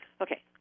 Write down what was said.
Okay